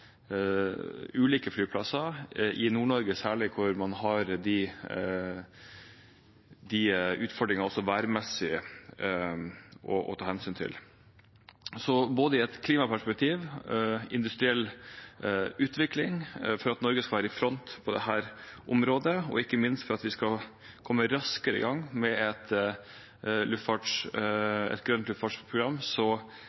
ulike flyplasser i Nord-Norge, hvor man særlig har værmessige utfordringer å ta hensyn til. Så både i et klimaperspektiv, for industriell utvikling, for at Norge skal være i front på dette området, og ikke minst for at vi skal komme raskere i gang med et